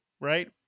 right